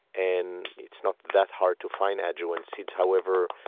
and it's not that hard to find ajowan seeds however,